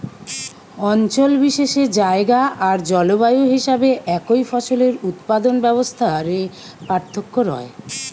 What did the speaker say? অঞ্চল বিশেষে জায়গা আর জলবায়ু হিসাবে একই ফসলের উৎপাদন ব্যবস্থা রে পার্থক্য রয়